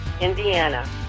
Indiana